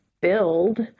build